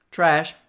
Trash